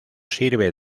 sirve